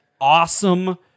awesome